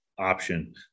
option